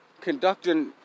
conducting